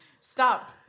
Stop